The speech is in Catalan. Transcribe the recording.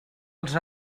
els